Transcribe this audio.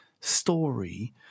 story